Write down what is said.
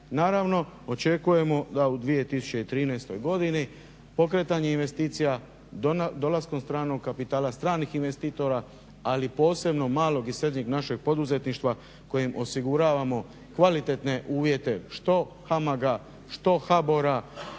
Naravno, očekujemo da u 2013. godini pokretanje investicija dolaskom stranog kapitala, stranih investitorima, ali posebno malog i srednjeg našeg poduzetništva kojem osiguravamo kvalitetne uvjete što HAMAG-a, što HBOR-a,